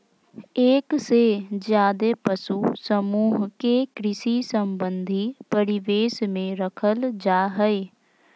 एक से ज्यादे पशु समूह के कृषि संबंधी परिवेश में रखल जा हई